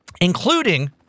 Including